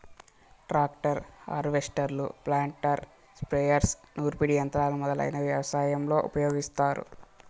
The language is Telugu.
ట్రాక్టర్, హార్వెస్టర్లు, ప్లాంటర్, స్ప్రేయర్స్, నూర్పిడి యంత్రాలు మొదలైనవి వ్యవసాయంలో ఉపయోగిస్తారు